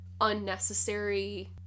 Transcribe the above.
unnecessary